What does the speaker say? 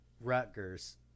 Rutgers